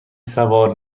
سوار